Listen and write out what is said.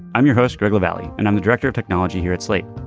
i'm your host google valley and i'm the director of technology here at slate.